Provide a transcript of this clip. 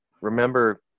remember